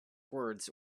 words